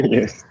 Yes